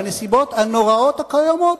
בנסיבות הנוראות הקיימות,